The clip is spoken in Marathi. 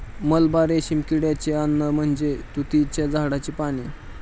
मलबा रेशीम किड्याचे अन्न म्हणजे तुतीच्या झाडाची पाने